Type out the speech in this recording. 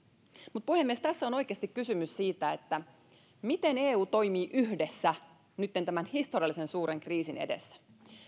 mutta puhemies tässä on oikeasti kysymys siitä miten eu toimii yhdessä nytten tämän historiallisen suuren kriisin edessä